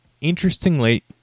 Interestingly